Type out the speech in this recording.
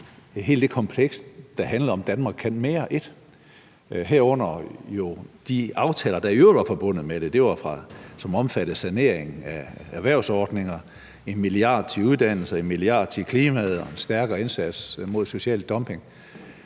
med hele det kompleks, der hed »Danmark kan mere I«, herunder de aftaler, der i øvrigt var forbundet med det. De omfattede en sanering af erhvervsordninger, 1 mia. kr. til uddannelse, 1 mia. kr. til klimaet og en stærkere indsats mod social dumping.